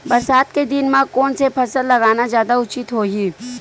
बरसात के दिन म कोन से फसल लगाना जादा उचित होही?